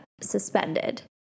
suspended